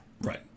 Right